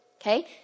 Okay